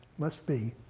must be.